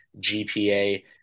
GPA